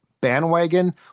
bandwagon